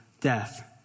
death